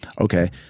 Okay